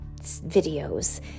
videos